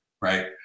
right